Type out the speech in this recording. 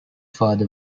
father